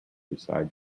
decide